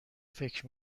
فکر